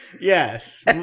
Yes